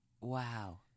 Wow